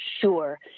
sure